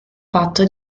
patto